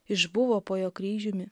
išbuvo po jo kryžiumi